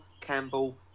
Campbell